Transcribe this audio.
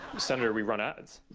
senator, we run ads.